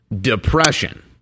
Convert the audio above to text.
Depression